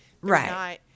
Right